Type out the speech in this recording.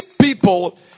people